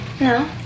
No